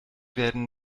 werden